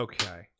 Okay